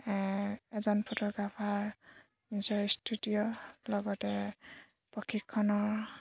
এজন ফটোগ্ৰাফাৰ নিজৰ ষ্টুডিঅ' লগতে প্ৰশিক্ষণৰ